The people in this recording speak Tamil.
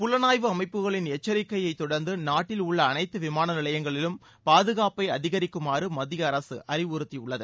புலனாய்வு அமைப்புகளின் எச்சரிக்கையைத் தொடர்ந்து நாட்டில் உள்ள அனைத்து விமான நிலையங்களிலும் பாதுகாப்பை அதிகரிக்குமாறு மத்திய அரசு அறிவுறுத்தியுள்ளது